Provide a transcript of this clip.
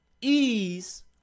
ease